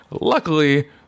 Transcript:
luckily